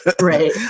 right